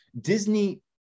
disney